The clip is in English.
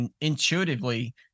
intuitively